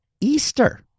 Easter